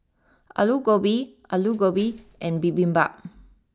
Alu Gobi Alu Gobi and Bibimbap